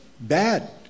bad